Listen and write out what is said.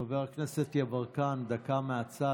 חבר הכנסת יברקן, דקה מהצד.